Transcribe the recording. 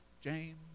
James